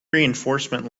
reinforcement